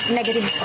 negative